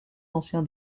ancien